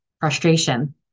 Frustration